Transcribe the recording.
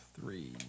Three